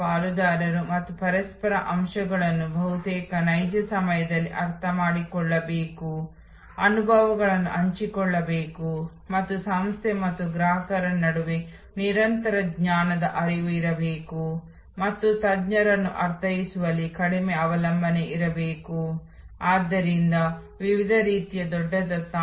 ಈ ಕೋರ್ಸ್ ಅನ್ನು ಅತ್ಯುನ್ನತವಾಗಿಸಲು ನಿಮ್ಮೆಲ್ಲರ ವ್ಯಾಪಕ ಭಾಗವಹಿಸುವಿಕೆಯು ಬಹಳ ಮುಖ್ಯವಾಗಿದೆ ನಾನು ನಿಮ್ಮೊಂದಿಗೆ ಮಾತನಾಡುತ್ತಿದ್ದೇನೆ ಮತ್ತು ನಿಮ್ಮ ಆಲಿಸುವಿಕೆ ಮತ್ತು ಟಿಪ್ಪಣಿಗಳನ್ನು ತೆಗೆದುಕೊಳ್ಳುವುದು ಅಥವಾ ಉಪನ್ಯಾಸವನ್ನು ಡೌನ್ಲೋಡ್ ಮಾಡುವುದು ಮತ್ತು ಅದನ್ನು ಮತ್ತೆ ನೋಡುವುದು ತೃಪ್ತಿಕರವಾಗಿರುವುದಿಲ್ಲ